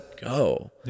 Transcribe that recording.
go